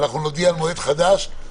נודיע על מועד חדש,